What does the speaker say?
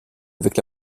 avec